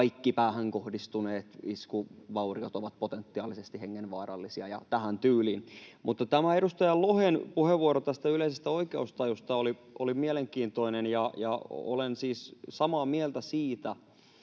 kaikki päähän kohdistuneet iskut, vauriot, ovat potentiaalisesti hengenvaarallisia, ja tähän tyyliin. Edustaja Lohen puheenvuoro tästä yleisestä oikeustajusta oli mielenkiintoinen, ja olen siis samaa mieltä siitä,